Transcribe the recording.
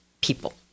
people